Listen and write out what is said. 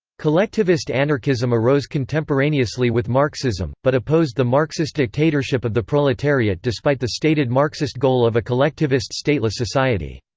collectivist anarchism arose contemporaneously with marxism, but opposed the marxist dictatorship of the proletariat despite the stated marxist goal of a collectivist stateless society.